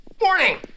Morning